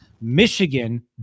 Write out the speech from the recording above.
Michigan